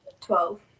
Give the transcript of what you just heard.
Twelve